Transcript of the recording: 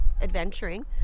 adventuring